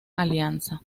alianza